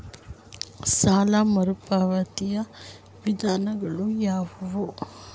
ಸಾಲ ಮರುಪಾವತಿಯ ವಿಧಾನಗಳು ಯಾವುವು?